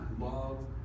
love